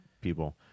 people